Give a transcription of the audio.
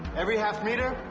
every half-meter.